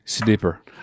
deeper